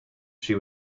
she